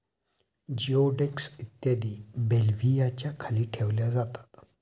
जिओडेक्स इत्यादी बेल्व्हियाच्या खाली ठेवल्या जातात